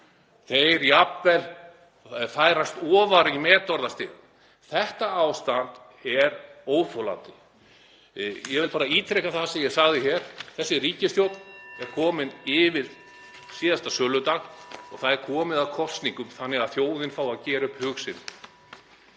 þeir jafnvel færast ofar í metorðastigann. Þetta ástand er óþolandi. Ég vil bara ítreka það sem ég sagði hér: Þessi ríkisstjórn er komin yfir síðasta söludag og það er komið að kosningum þannig að þjóðin fái að gera upp hug sinn.